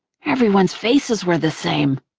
everyone's faces were the same.